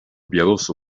piadoso